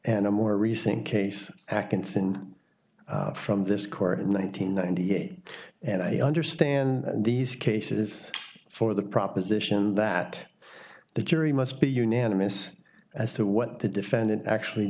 and a more recent case achatz and from this court nine hundred ninety eight and i understand these cases for the proposition that the jury must be unanimous as to what the defendant actually